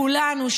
כולנו,